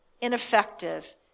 ineffective